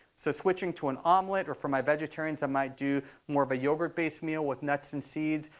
so switching to an omelet, or for my vegetarians i might do more of a yogurt-based meal with nuts and seeds,